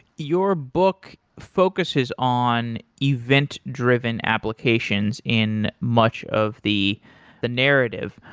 your book focuses on event-driven applications in much of the the narrative.